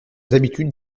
habitudes